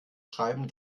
schreiben